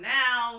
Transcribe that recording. now